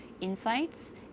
insights